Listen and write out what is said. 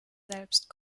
selbst